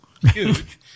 huge